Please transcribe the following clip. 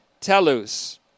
Telus